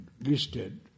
listed